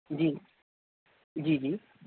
جی جی جی